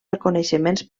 reconeixements